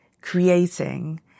creating